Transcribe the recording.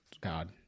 God